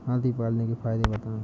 हाथी पालने के फायदे बताए?